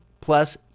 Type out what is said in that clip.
plus